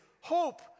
hope